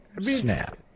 Snap